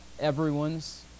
everyone's